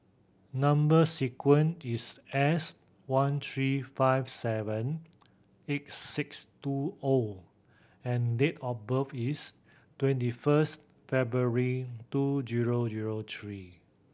number sequence is S one three five seven eight six two O and date of birth is twenty first February two zero zero three